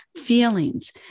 feelings